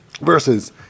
versus